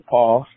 Paul